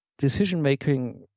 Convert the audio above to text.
decision-making